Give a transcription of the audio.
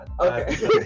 Okay